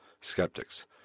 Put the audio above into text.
skeptics